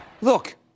Look